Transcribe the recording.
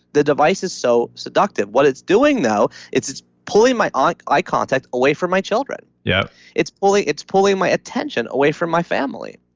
the device is so seductive. what it's doing now, it's it's pulling my ah like eye contact away from my children. yeah it's pulling it's pulling my attention away from my family.